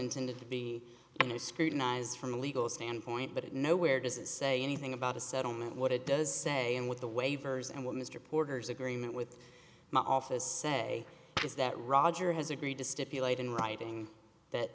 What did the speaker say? intended to be and they scrutinize from a legal standpoint but nowhere does it say anything about a settlement what it does say and what the waivers and what mr porter's agreement with my office say is that roger has agreed to stipulate in writing that